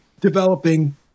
developing